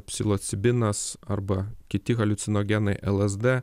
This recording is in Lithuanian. psilocibinas arba kiti haliucinogenai lsd